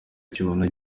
kibona